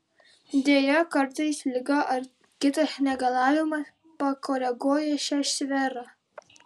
deja kartais liga ar kitas negalavimas pakoreguoja šią sferą